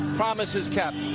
promises kept.